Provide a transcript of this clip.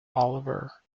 oliver